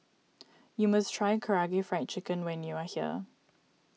you must try Karaage Fried Chicken when you are here